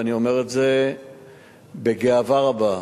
ואני אומר את זה בגאווה רבה: